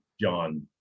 John